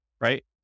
right